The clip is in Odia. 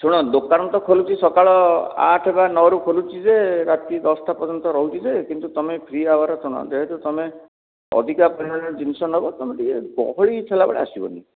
ଶୁଣ ଦୋକାନ ତ ଖୋଲୁଛି ସକାଳ ଆଠ ବା ନଅରୁ ଖୋଲୁଛି ଯେ ରାତି ଦଶଟା ପର୍ଯ୍ୟନ୍ତ ରହୁଛି ଯେ କିନ୍ତୁ ତମେ ଫ୍ରି ଆୱାର ଶୁଣ ଯେହେତୁ ତମେ ଅଧିକ ପରିମାଣର ଜିନିଷ ନେବ ତୁମେ ଟିକେ ଗହଳି ଥିଲାବେଳେ ଆସିବନି